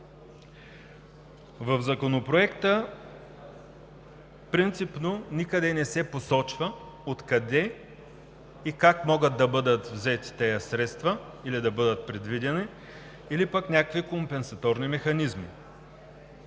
В Законопроекта принципно никъде не се посочва откъде и как могат да бъдат взети тези средства или да бъдат предвидени, или пък някакви компенсаторни механизми.